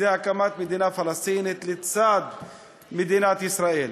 הקמת מדינה פלסטינית לצד מדינת ישראל.